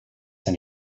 this